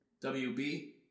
WB